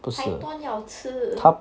python 要吃